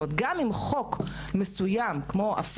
זאת אומרת, גם אם הצעת חוק מסוימת, כמו הפרדת